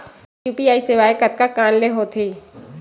UPI सेवाएं कतका कान ले हो थे?